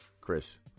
Chris